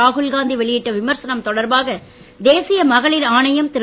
ராகுல் காந்தி வெளியிட்ட விமர்சனம் தொடர்பாக தேசிய மகளிர் ஆணையம் திரு